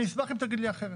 אני אשמח אם תגיד לי אחרת.